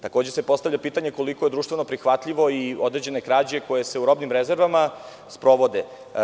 Postavlja se pitanje - koliko su društveno prihvatljive i određene krađe, koje se u robnim rezervama sprovode?